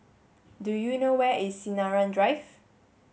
do you know where is Sinaran Drive